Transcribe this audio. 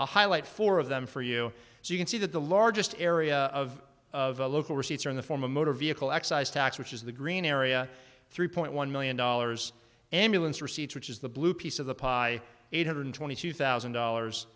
to highlight four of them for you so you can see that the largest area of of the local receipts are in the form of motor vehicle excise tax which is the green area three point one million dollars ambulance receipts which is the blue piece of the pie eight hundred twenty two thousand dollars